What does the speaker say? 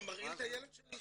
אני מרעיל את הילד שלי,